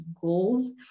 goals